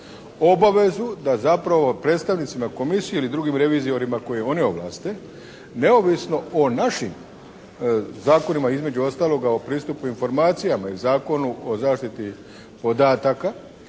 obavezu da zapravo predstavnicima komisije ili drugim revizorima koje oni ovlaste neovisno o našim zakonima između ostaloga o pristupu informacijama i Zakonu o zaštiti podataka,